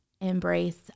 embrace